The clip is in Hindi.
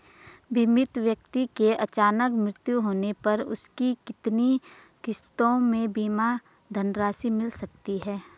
बीमित व्यक्ति के अचानक मृत्यु होने पर उसकी कितनी किश्तों में बीमा धनराशि मिल सकती है?